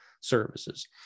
services